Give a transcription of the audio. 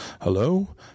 Hello